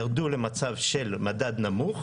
ירדו למצב של מדד נמוך